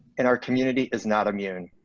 and our community is not immune.